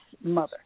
mother